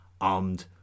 armed